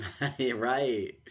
Right